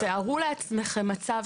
צודקת במאה אחוז.